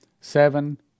seven